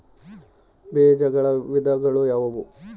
ಬೇಜಗಳ ವಿಧಗಳು ಯಾವುವು?